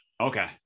Okay